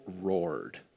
roared